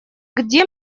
где